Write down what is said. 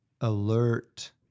alert